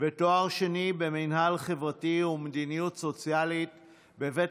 ותואר שני במינהל חברתי ומדיניות סוציאלית בבית